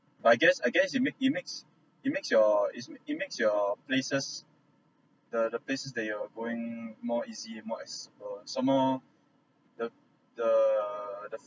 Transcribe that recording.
I guess I guess it make it makes it makes your is it makes your places the the place that you are going more easy more accessible some more the the the